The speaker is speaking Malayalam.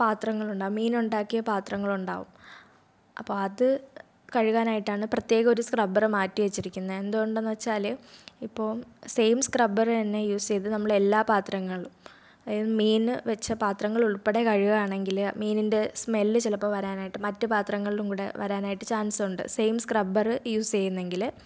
പാത്രങ്ങൾ ഉണ്ടാകും മീനുണ്ടാക്കിയ പാത്രങ്ങൾ ഉണ്ടാകും അപ്പം അത് കഴുകാനായിട്ടാണ് പ്രത്യേകം ഒരു സ്ക്രബ്ബർ മാറ്റി വെച്ചിരിക്കുന്നത് എന്തുകൊണ്ടെന്ന് വെച്ചാൽ ഇപ്പോൾ സെയിം സ്ക്രബ്ബർ തന്നെ യൂസ് ചെയ്ത് നമ്മൾ എല്ലാ പാത്രങ്ങളും അതായത് മീൻ വെച്ച പാത്രങ്ങൾ ഉൾപ്പെടെ കഴുകുകയാണെങ്കിൽ മീനിൻ്റെ സ്മെല്ല് ചിലപ്പോൾ വരാനായിട്ട് മറ്റു പാത്രങ്ങളിലും കൂടി വരാനായിട്ട് ചാൻസുണ്ട് സെയിം സ്ക്രബ്ബർ യൂസ് ചെയ്യുന്നെങ്കിൽ